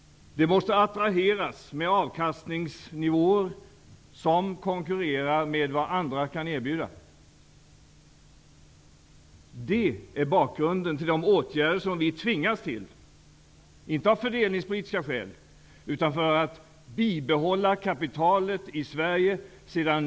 Det måste attraheras med avkastningsnivåer som konkurrerar med vad andra kan erbjuda. Det är bakgrunden till de åtgärder som vi tvingas till, inte av fördelningspolitiska skäl utan för att bibehålla kapitalet i Sverige.